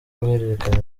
guhererekanya